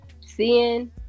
seeing